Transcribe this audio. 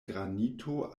granito